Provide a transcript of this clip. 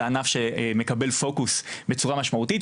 זה ענף שמקבל פוקוס בצורה משמעותית.